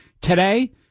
today